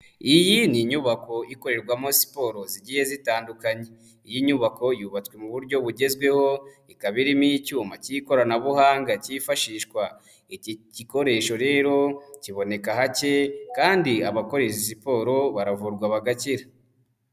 Iyi ni inyubako ikorerwamo siporo zigiye zitandukanye. Iyi nyubako yubatswe mu buryo bugezweho, ikaba irimo icyuma cy'ikoranabuhanga cyifashishwa, iki gikoresho rero kiboneka hake kandi abakora izi siporo baravurwa bagakira.